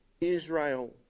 Israel